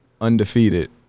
Undefeated